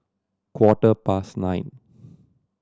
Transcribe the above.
quarter past nine